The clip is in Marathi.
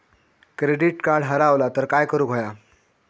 क्रेडिट कार्ड हरवला तर काय करुक होया?